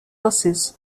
losses